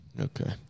okay